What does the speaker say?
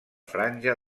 franja